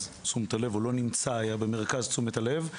תשומת הלב או לא נמצא היה במרכז תשומת הלב,